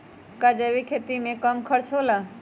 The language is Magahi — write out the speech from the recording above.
का जैविक खेती में कम खर्च होला?